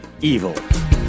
evil